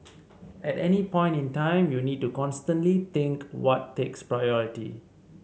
at any point in time you need to constantly think what takes priority